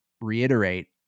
reiterate